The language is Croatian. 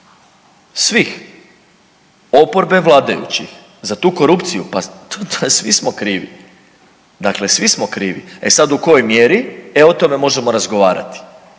svih oporbe, vladajućih za tu korupciju. Pa svi smo krivi, dakle svi smo krivi. E sad u kojoj mjeri, e o tome možemo razgovarati.